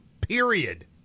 Period